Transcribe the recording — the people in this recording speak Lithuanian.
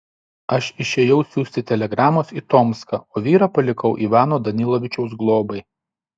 aš išėjau siųsti telegramos į tomską o vyrą palikau ivano danilovičiaus globai